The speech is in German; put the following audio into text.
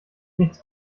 nichts